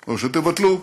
או שתבטלו.